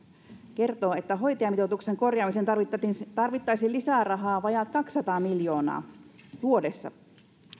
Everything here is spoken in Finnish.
kertoo että hoitajamitoituksen korjaamiseen tarvittaisiin lisää rahaa vajaat kaksisataa miljoonaa vuodessa